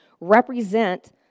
represent